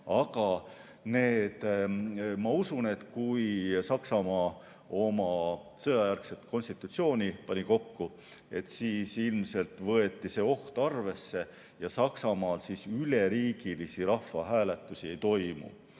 Aga ma usun, et kui Saksamaa oma sõjajärgset konstitutsiooni kokku pani, siis ilmselt võeti seda ohtu arvesse. Saksamaal üleriigilisi rahvahääletusi ei toimu,